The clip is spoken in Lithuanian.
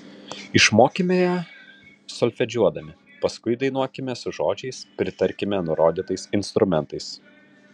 išmokime ją solfedžiuodami paskui dainuokime su žodžiais pritarkime nurodytais instrumentais